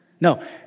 No